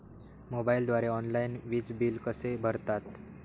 मोबाईलद्वारे ऑनलाईन वीज बिल कसे भरतात?